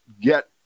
get